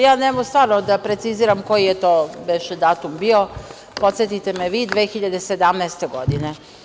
Ja ne mogu stvarno da preciziram koji je to beše datum bio, podsetite me vi, 2017. godine.